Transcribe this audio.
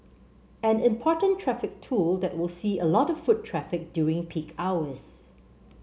an important traffic tool that will see a lot of foot traffic during peak hours